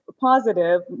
positive